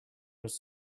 was